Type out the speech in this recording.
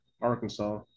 Arkansas